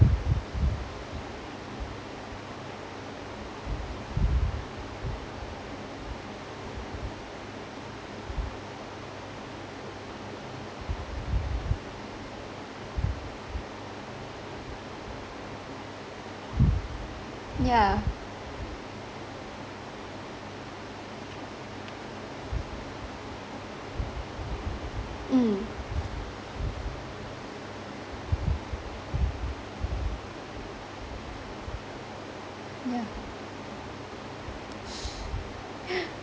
yeah mm yeah